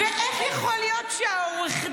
ואיך יכול להיות שעו"ד